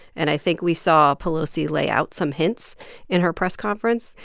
and i think we saw pelosi lay out some hints in her press conference.